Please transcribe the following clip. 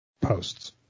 posts